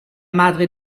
madre